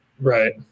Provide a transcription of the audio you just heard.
Right